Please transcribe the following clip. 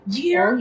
year